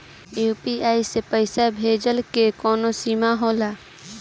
UPI से पईसा भेजल के कौनो सीमा होला?